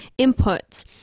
inputs